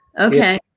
Okay